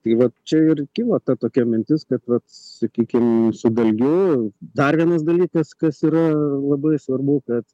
tai va čia ir kilo ta tokia mintis kad vat sakykim su dalgiu dar vienas dalykas kas yra labai svarbu kad